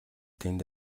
тэнд